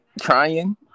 trying